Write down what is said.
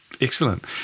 Excellent